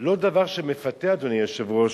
לא דבר שמפתה, אדוני היושב-ראש,